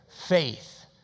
Faith